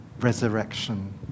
resurrection